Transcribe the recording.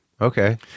Okay